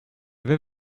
vais